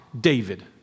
David